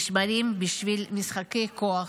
נשמרים בשביל משחקי כוח,